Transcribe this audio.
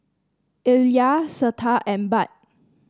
Illya Cleta and Bud